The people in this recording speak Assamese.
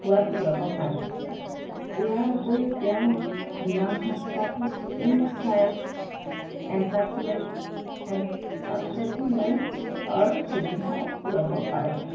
সোৱাদ ল'ব পাৰে ইয়াৰ উপৰিও তেওঁ বিমান সংস্থাটোৰ ইনফ্লাইট এনটাৰণ্টেটৰ পূৰ্ণ সুবিধা ল'ব পাৰে